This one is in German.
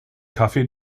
kaffee